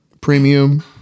premium